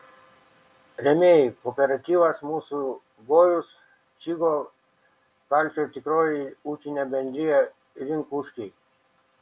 rėmėjai kooperatyvas mūsų gojus čygo kalkio tikroji ūkinė bendrija rinkuškiai